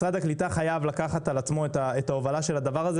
משרד הקליטה חייב לקחת על עצמו את ההובלה של הדבר הזה